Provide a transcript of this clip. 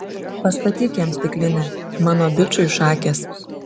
pastatyk jam stiklinę mano bičui šakės